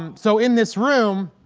and so in this room